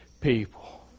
people